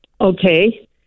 Okay